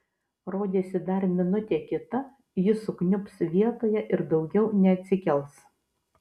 rodėsi dar minutė kita ji sukniubs vietoje ir daugiau neatsikels